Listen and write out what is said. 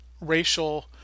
racial